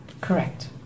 Correct